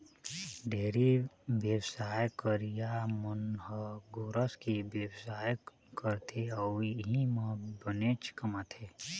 dairy बेवसाय करइया मन ह गोरस के बेवसाय करथे अउ इहीं म बनेच कमाथे